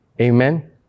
Amen